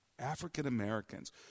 African-Americans